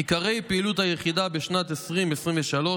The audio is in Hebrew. עיקרי פעילות היחידה בשנת 2023,